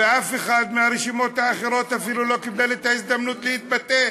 ואף אחד מהרשימות האחרות אפילו לא קיבל את ההזדמנות להתבטא.